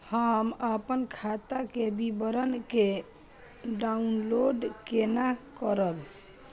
हम अपन खाता के विवरण के डाउनलोड केना करब?